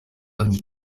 oni